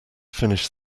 finished